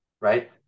Right